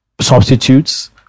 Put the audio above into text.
substitutes